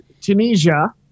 Tunisia